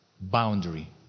Boundary